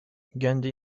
gandhi